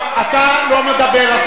חבר הכנסת שאמה, אתה לא מדבר עכשיו.